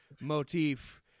motif